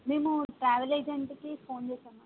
మేము ట్రావెల్ ఏజెంట్కి ఫోన్ చేశామా అండి